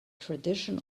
tradition